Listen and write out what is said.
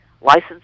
license